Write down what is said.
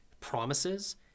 promises